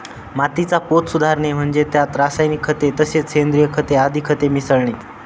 मातीचा पोत सुधारणे म्हणजे त्यात रासायनिक खते तसेच सेंद्रिय खते आदी खते मिसळणे